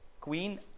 queen